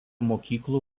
mokyklų